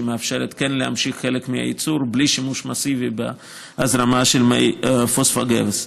שמאפשרת כן להמשיך חלק מהייצור בלי שימוש מסיבי בהזרמה של מי פוספוגבס.